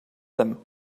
them